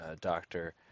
doctor